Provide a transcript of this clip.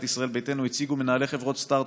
ישראל ביתנו הציגו מנהלי חברות סטרטאפ,